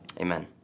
Amen